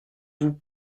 vous